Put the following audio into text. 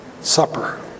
Supper